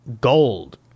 Gold